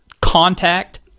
contact